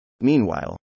Meanwhile